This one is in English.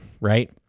right